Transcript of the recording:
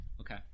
Okay